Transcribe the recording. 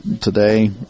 today